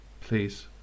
Please